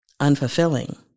unfulfilling